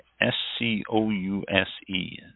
S-C-O-U-S-E